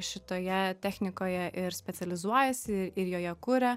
šitoje technikoje ir specializuojasi ir joje kuria